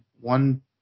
one